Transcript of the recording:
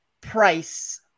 price